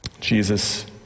jesus